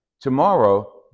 Tomorrow